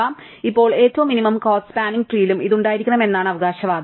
അതിനാൽ ഇപ്പോൾ ഏറ്റവും മിനിമം കോസ്റ്റ സ്പാനിങ് ട്രീലും ഇത് ഉണ്ടായിരിക്കണമെന്നാണ് അവകാശവാദം